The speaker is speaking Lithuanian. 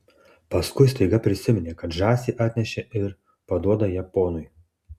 paskui staiga prisiminė kad žąsį atnešė ir paduoda ją ponui